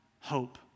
hope